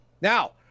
Now